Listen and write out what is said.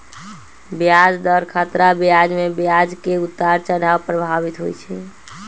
ब्याज दर खतरा बजार में ब्याज के उतार चढ़ाव प्रभावित होइ छइ